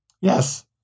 Yes